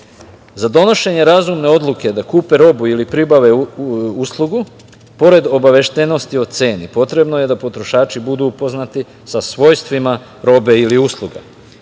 donošenje razumne odluke da kupe robu ili pribave uslugu, pored obaveštenosti o ceni potrebno je da potrošači budu upoznati sa svojstvima robe ili usluga.